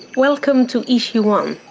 welcome to issue one.